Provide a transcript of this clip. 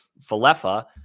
Falefa